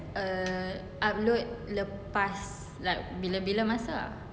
err upload lepas like bila-bila masa ah